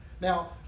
Now